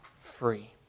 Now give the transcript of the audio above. free